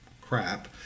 crap